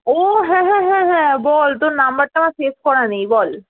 ও হ্যাঁ হ্যাঁ হ্যাঁ হ্যাঁ বল তোর নম্বরটা আমার সেভ করা নেই বল